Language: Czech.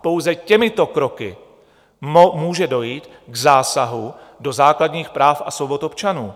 Pouze těmito kroky může dojít k zásahu do základních práv a svobod občanů.